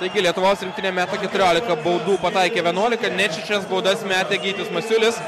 taigi lietuvos rinktinė meta keturioliką baudų pataikė vienuoliką net šešias baudas metė gytis masiulis